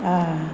आं